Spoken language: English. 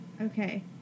okay